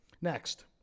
Next